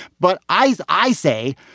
but i as i say,